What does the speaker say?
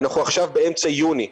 עכשיו אנחנו באמצע יוני.